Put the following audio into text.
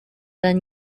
then